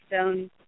stone